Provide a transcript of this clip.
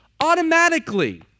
Automatically